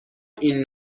این